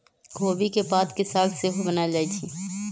खोबि के पात के साग सेहो बनायल जाइ छइ